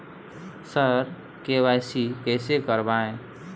sir KYC कैसे करवाएं